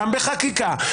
גם בחקיקה.